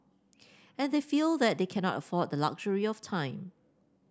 and they feel that they cannot afford the luxury of time